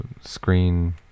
screen